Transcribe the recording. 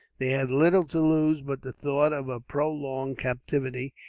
they had little to lose but the thought of a prolonged captivity,